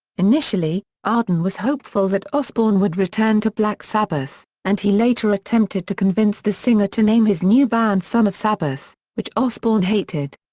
initially, arden was hopeful that osbourne would return to black sabbath, and he later attempted to convince the singer to name his new band son of sabbath, which osbourne hated.